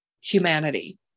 humanity